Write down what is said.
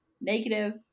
negative